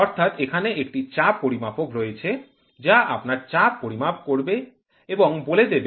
অর্থাৎ এখানে একটি চাপ পরিমাপক রয়েছে যা আপনার চাপ পরিমাপ করবে এবং বলে দেবে